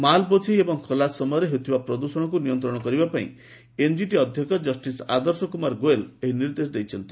ମାଲ୍ ବୋଝେଇ ଏବଂ ଖଲାସ ସମୟରେ ହେଉଥିବା ପ୍ରଦୃଷଣକୁ ନିୟନ୍ତ୍ରଣ କରିବା ପାଇଁ ଏନ୍ଜିଟି ଅଧ୍ୟକ୍ଷ ଜଷ୍ଟିସ୍ ଆଦର୍ଶକୁମାର ଗୋଏଲ୍ ଏହି ନିର୍ଦ୍ଦେଶ ଦେଇଛନ୍ତି